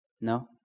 No